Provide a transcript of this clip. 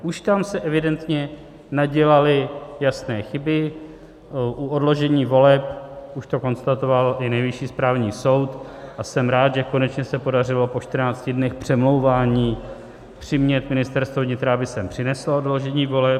Už tam se evidentně nadělaly jasné chyby, u odložení voleb už to konstatoval i Nejvyšší správní soud, a jsem rád, že konečně se podařilo po čtrnácti dnech přemlouvání přimět Ministerstvo vnitra, aby sem přineslo odložení voleb.